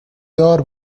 دار